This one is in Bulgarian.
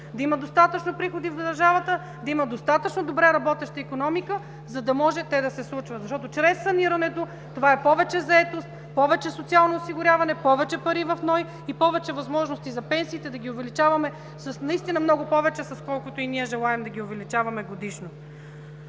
да има достатъчно приходи в държавата, да има достатъчно добре работеща икономика, за да може те да се случват. Чрез санирането – това е повече заетост, повече социално осигуряване, повече пари в НОИ, повече възможности за увеличаване на пенсиите с много повече, с колкото и ние желаем да ги увеличим годишно.